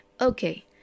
Okay